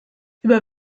über